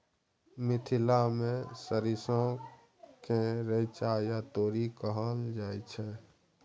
मिथिला मे सरिसो केँ रैचा या तोरी कहल जाइ छै